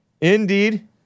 indeed